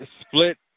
split